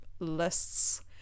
lists